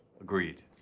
Agreed